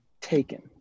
Taken